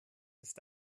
ist